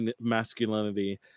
masculinity